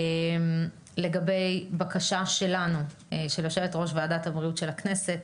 לגבי בקשה של יושבת-ראש ועדת הבריאות של הכנסת